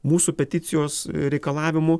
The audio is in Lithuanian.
mūsų peticijos reikalavimų